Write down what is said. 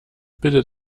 bildet